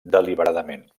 deliberadament